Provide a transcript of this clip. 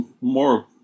more